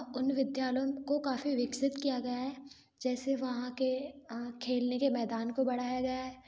उन विद्यालयों को काफ़ी विकसित किया गया है जैसे वहाँ के अ खेलने के मैदान को बढ़ाया गया है